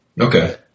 Okay